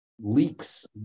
leaks